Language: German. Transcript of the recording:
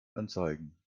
anzeigen